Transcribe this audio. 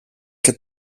και